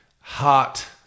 hot